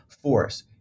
force